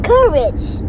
Courage